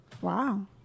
Wow